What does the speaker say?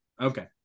Okay